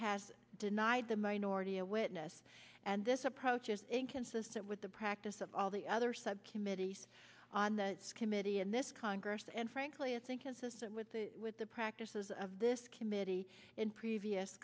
has denied the minority a witness and this approach is inconsistent with the practice of all the other subcommittees on the committee and this congress and frankly i think consistent with the with the practices of this committee in previous